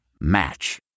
Match